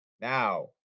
Now